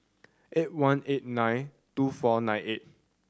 eight one eight nine two four nine eight